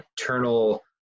eternal